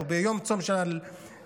או ביום צום שלכם.